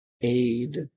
aid